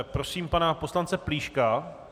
Prosím pana poslance Plíška.